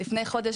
לפני חודש,